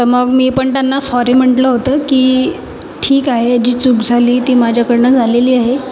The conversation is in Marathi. तर मग मी पण त्यांना सॉरी म्हटलं होतं की ठीक आहे जी चूक झाली ती माझ्याकडनं झालेली आहे